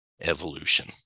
evolution